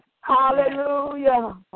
Hallelujah